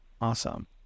Awesome